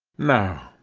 now,